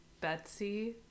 Betsy